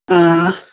हा